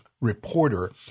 reporter